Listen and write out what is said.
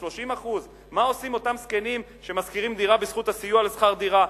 30%. מה עושים אותם זקנים ששוכרים דירה בזכות הסיוע בשכר דירה?